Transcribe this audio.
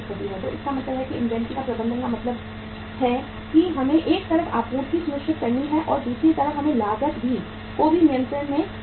तो इसका मतलब है कि इन्वेंट्री के प्रबंधन का मतलब है कि हमें एक तरफ आपूर्ति सुनिश्चित करनी है और दूसरी तरफ हमें लागत को भी नियंत्रण में रखना है